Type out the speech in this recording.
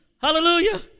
Hallelujah